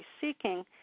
seeking